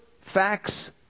Facts